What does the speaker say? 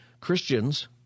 Christians